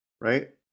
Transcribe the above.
right